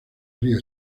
río